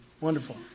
Wonderful